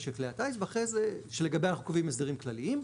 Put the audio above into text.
של כלי הטיס שלגביה אנחנו קובעים הסדרים כללים,